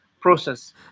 process